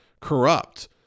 corrupt